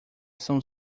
são